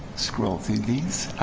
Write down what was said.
scroll through these.